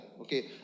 Okay